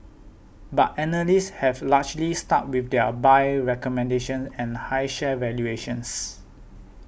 but analysts have largely stuck with their buy recommendations and high share valuations